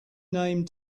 name